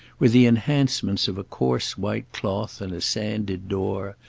with the enhancements of a coarse white cloth and a sanded door,